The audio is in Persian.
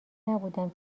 نبودم